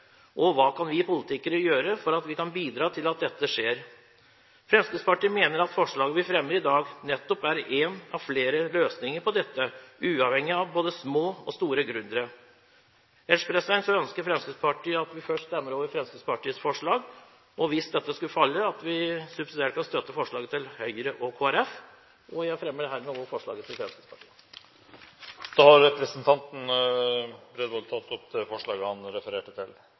Og hva kan vi politikere gjøre for å bidra til at dette skjer? Fremskrittspartiet mener at forslaget vi fremmer i dag, nettopp er en av flere løsninger på dette, uavhengig av både små og store gründere. Fremskrittspartiet ønsker at vi først stemmer over Fremskrittspartiets forslag, og hvis dette skulle falle, støtter vi subsidiært forslaget fra Høyre og Kristelig Folkeparti. Jeg fremmer herved Fremskrittspartiets forslag. Representanten Per Roar Bredvold har tatt opp det forslaget han refererte til.